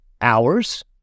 hours